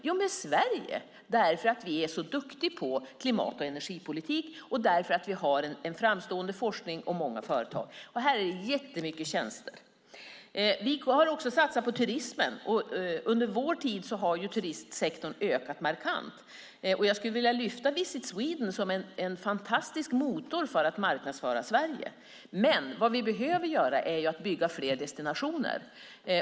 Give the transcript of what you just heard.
Det är Sverige, därför att vi är så duktiga på klimat och energipolitik och därför att vi har en framstående forskning och många företag. Här finns det många tjänster. Vi har också satsat på turismen. Under vår tid har turistsektorn ökat markant. Jag skulle vilja lyfta fram Visit Sweden som en fantastisk motor för att marknadsföra Sverige. Men vad vi behöver göra är att bygga fler destinationer.